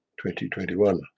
2021